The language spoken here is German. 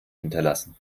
hinterlassen